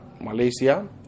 Malaysia